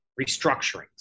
restructurings